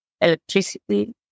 electricity